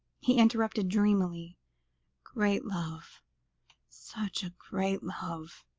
he interrupted dreamily great love such a great love